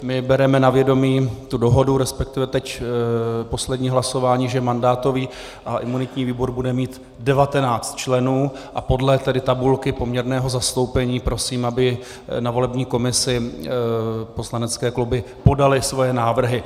My bereme na vědomí tu dohodu, resp. teď poslední hlasování, že mandátový a imunitní výbor bude mít 19 členů, a tedy podle tabulky poměrného zastoupení prosím, aby na volební komisi poslanecké kluby podaly své návrhy.